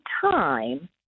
time